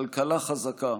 כלכלה חזקה,